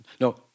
No